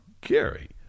Gary